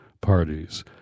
parties